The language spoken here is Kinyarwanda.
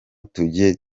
tujye